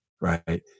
Right